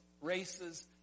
races